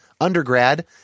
undergrad